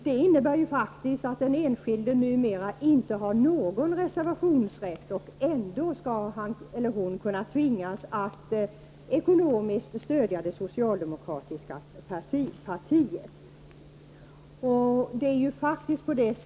Det innebär att den enskilde numera inte har någon reservationsrätt, men ändå skall han eller hon tvingas att ekonomiskt stödja det socialdemokratiska partiet.